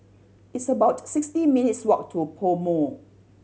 it's about sixty minutes' walk to PoMo